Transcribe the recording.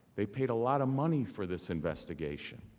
they paid a lot of money for this investigation.